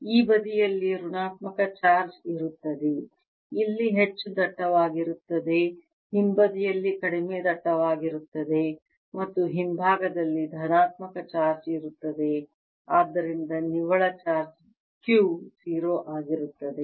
ಈಗ ಈ ಬದಿಯಲ್ಲಿ ಋಣಾತ್ಮಕ ಚಾರ್ಜ್ ಇರುತ್ತದೆ ಇಲ್ಲಿ ಹೆಚ್ಚು ದಟ್ಟವಾಗಿರುತ್ತದೆ ಹಿಂಭಾಗದಲ್ಲಿ ಕಡಿಮೆ ದಟ್ಟವಾಗಿರುತ್ತದೆ ಮತ್ತು ಹಿಂಭಾಗದಲ್ಲಿ ಧನಾತ್ಮಕ ಚಾರ್ಜ್ ಇರುತ್ತದೆ ಆದ್ದರಿಂದ ನಿವ್ವಳ ಚಾರ್ಜ್ Q 0 ಆಗಿರುತ್ತದೆ